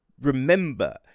remember